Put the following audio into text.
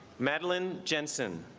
madeline jensen